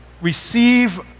receive